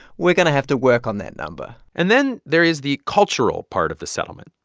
we're going to have to work on that number and then there is the cultural part of the settlement.